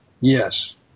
Yes